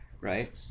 right